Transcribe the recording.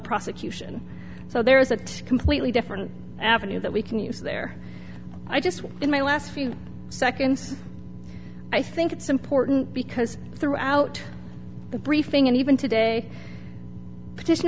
prosecution so there is a completely different avenue that we can use there i just in my last few seconds i think it's important because throughout the briefing and even today petition